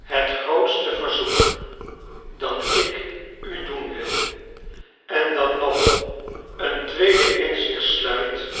het grootste verzoek dat ik u doen wil en dat nog een tweede in zich sluit